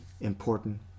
important